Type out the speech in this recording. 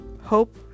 Hope